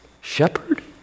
Shepherd